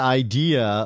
idea